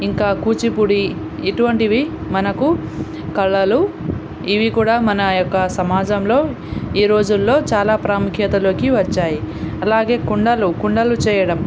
ఇంకా కూచిపూడి ఇటువంటివి మనకు కళలు ఇవి కూడా మన యొక్క సమాజంలో ఈ రోజుల్లో చాలా ప్రాముఖ్యతలోకి వచ్చాయి అలాగే కుండలు కుండలు చేయడం